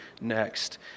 next